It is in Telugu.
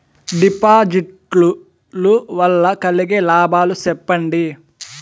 డిపాజిట్లు లు వల్ల కలిగే లాభాలు సెప్పండి?